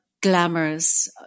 glamorous